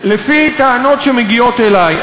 לפי טענות שמגיעות אלי,